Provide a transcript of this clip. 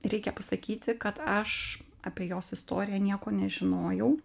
reikia pasakyti kad aš apie jos istoriją nieko nežinojau